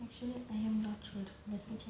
actually I am not sure let me check